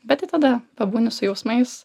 bet tai tada pabūni su jausmais